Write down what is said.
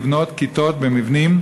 לבנות כיתות במבנים,